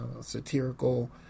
satirical